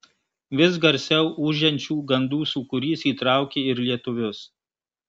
vis garsiau ūžiančių gandų sūkurys įtraukė ir lietuvius